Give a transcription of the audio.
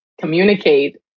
communicate